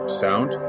sound